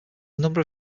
number